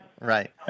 Right